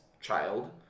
child